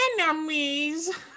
enemies